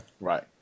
Right